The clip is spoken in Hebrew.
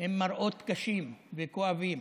הם מראות קשים וכואבים.